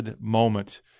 moment